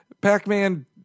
Pac-Man